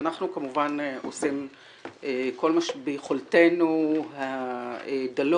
אנחנו כמובן עושים כל מה שביכולתנו הדלות